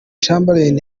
campbell